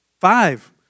five